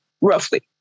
roughly